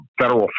federal